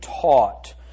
taught